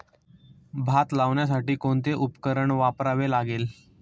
भात लावण्यासाठी कोणते उपकरण वापरावे लागेल?